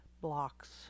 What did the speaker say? blocks